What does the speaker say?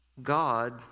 god